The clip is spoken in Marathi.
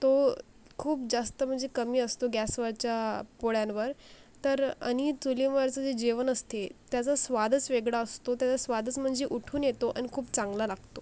तो खूप जास्त म्हणजे कमी असतो गॅसवरच्या पोळ्यांवर तर आणि चुलीवरचं जे जेवण असते त्याचा स्वादस वेगळा असतो त्याचा स्वादस म्हणजे उठून येतो आणि खूप चांगला लागतो